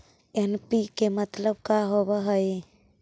NPK मतलब का होव हइ?